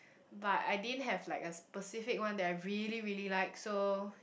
but I didn't have like a specific one that I really really like so